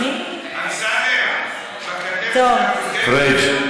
אמסלם, בקדנציה הקודמת, פריג'.